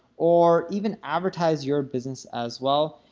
or even advertise your business as well.